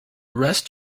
rest